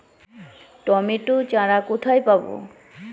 Tomato চারা কোথায় পাবো?